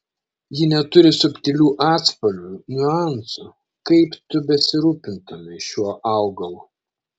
ji neturi subtilių atspalvių niuansų kaip tu besirūpintumei šiuo augalu